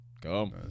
Come